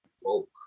Woke